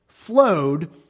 flowed